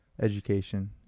education